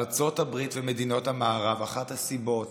ארצות הברית ומדינות המערב, אחת הסיבות